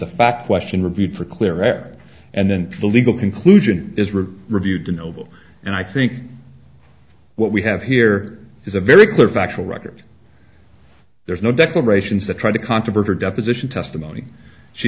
a fact question reviewed for clear air and then the legal conclusion is were reviewed to noble and i think what we have here is a very clear factual record there's no declarations that try to controvert her deposition testimony she